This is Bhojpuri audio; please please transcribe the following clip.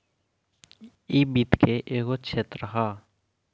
इ वित्त के एगो क्षेत्र ह